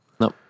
no